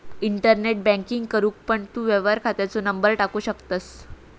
internet banking करूक पण तू व्यवहार खात्याचो नंबर टाकू शकतंस